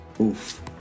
Oof